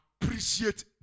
appreciate